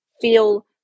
feel